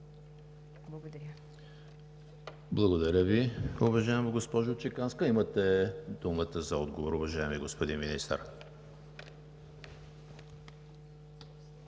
Благодаря Ви,